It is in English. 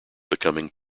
becoming